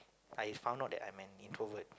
I found out that I'm an introvert